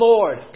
Lord